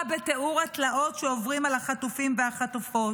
בתיאור התלאות שעוברים על החטופות והחטופים.